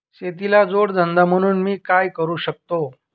शेतीला जोड धंदा म्हणून मी काय करु शकतो?